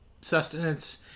sustenance